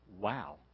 Wow